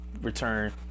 return